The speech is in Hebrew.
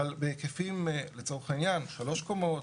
אבל בהיקפים לצורך העניין, שלוש קומות.